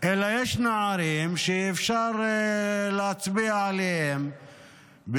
אלא יש נערים שאפשר להצביע עליהם,